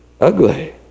ugly